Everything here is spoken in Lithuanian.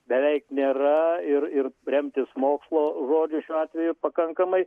beveik nėra ir ir remtis mokslo žodžiu šiuo atveju pakankamai